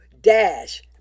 dash